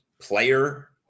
player